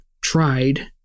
tried